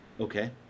Okay